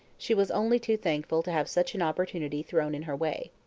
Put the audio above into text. she was only too thankful to have such an opportunity thrown in her way.